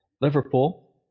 liverpool